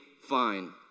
fine